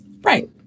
Right